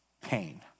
pain